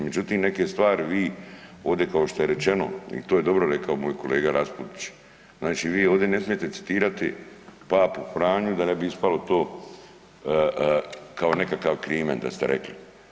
Međutim, neke stvari vi ovdje kao što je rečeno i to je dobro rekao moj kolega Raspudić znači vi ovdje ne smijete citirati Papu Franju da ne bi ispalo to kao nekakav krimen da ste rekli.